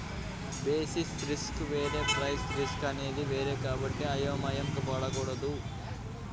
basis risk వేరు price risk అనేది వేరు కాబట్టి అయోమయం పడకూడదు